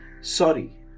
sorry